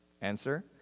Answer